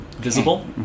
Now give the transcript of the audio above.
visible